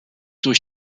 durch